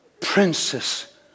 princess